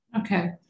okay